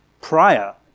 prior